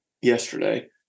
yesterday